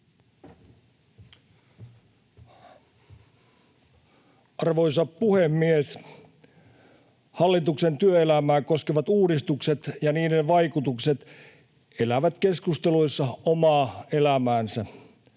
Arvoisa puhemies! Hallituksen työelämää koskevat uudistukset ja niiden vaikutukset elävät keskusteluissa omaa elämäänsä.